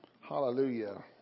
hallelujah